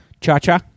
Cha-cha